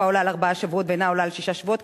העולה על ארבעה שבועות ואינה עולה על שישה שבועות,